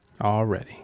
already